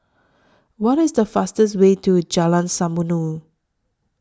What IS The fastest Way to Jalan Samulun